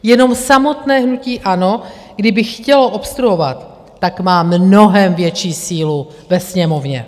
Jenom samotné hnutí ANO, kdyby chtělo obstruovat, tak má mnohem větší sílu ve Sněmovně.